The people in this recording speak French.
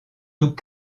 tout